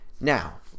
now